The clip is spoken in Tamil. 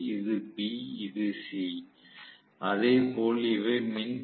இது A இது B இது C